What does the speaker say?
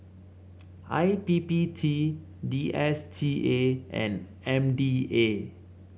I P P T D S T A and M D A